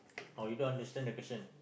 or you don't understand the question